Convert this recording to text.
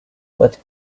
but